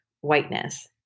whiteness